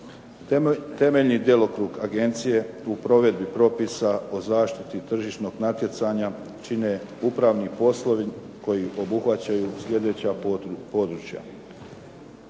Temeljni djelokrug agencije u provedbi propisa o zaštiti tržišnog natjecanja čine upravni poslovi koji obuhvaćaju sljedeća područja.